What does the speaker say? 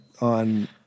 On